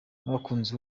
n’abakunzi